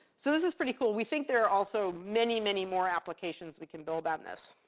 so this is pretty cool. we think there are also many, many more applications we can build on this.